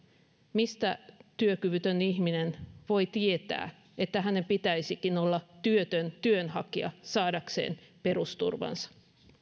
mistä työkyvytön ihminen voi tietää että hänen pitäisikin olla työtön työnhakija saadakseen perusturvansa